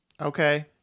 Okay